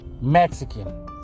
Mexican